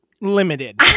limited